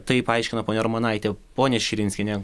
taip aiškina ponia armonaitė ponia širinskienė